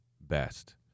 best